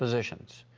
physicians.